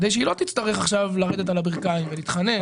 כדי שהיא לא תצטרך לרדת על הברכיים ולהתחנן.